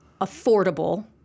affordable